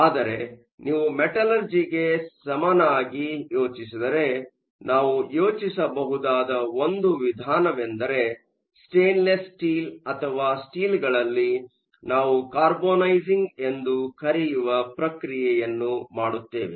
ಆದರೆ ನೀವು ಮೆಟಲರ್ಜಿಗೆ ಸಮಾನಾಗಿ ಯೋಚಿಸಿದರೆ ನಾವು ಯೋಚಿಸಬಹುದಾದ ಒಂದು ವಿಧಾನವೆಂದರೆ ಸ್ಟೇನ್ಲೆಸ್ ಸ್ಟೀಲ್ ಅಥವಾ ಸ್ಟೀಲ್ಗಳಲ್ಲಿ ನಾವು ಕಾರ್ಬೊನೈಸಿಂಗ್ ಎಂದು ಕರೆಯುವ ಪ್ರಕ್ರಿಯೆಯನ್ನು ಮಾಡುತ್ತೇವೆ